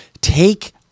Take